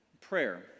Prayer